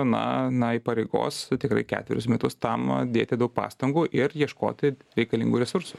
na na įpareigos tikrai ketverius metus tam dėti daug pastangų ir ieškoti reikalingų resursų